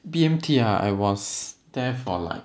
B_M_T ah I was there for like